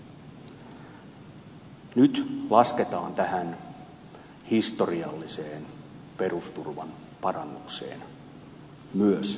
nyt lasketaan tähän historialliseen perusturvan parannukseen myös mielellään